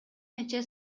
нече